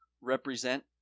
represent